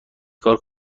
کار